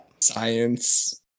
science